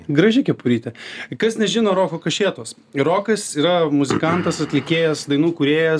graži kepurytė kas nežino roko kašėtos rokas yra muzikantas atlikėjas dainų kūrėjas